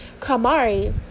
Kamari